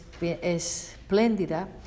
espléndida